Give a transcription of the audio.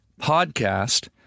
podcast